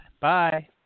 Bye